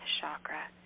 chakra